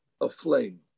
aflame